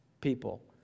people